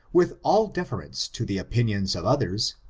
with all deference to the opinions of others,